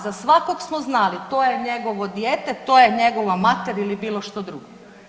Za svakog smo znali to je njegovo dijete, to je njegova mater ili bilo što drugo.